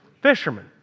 Fishermen